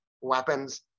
weapons